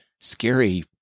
scary